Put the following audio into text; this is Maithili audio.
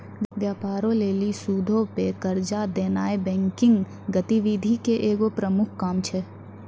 व्यापारो लेली सूदो पे कर्जा देनाय बैंकिंग गतिविधि के एगो प्रमुख काम छै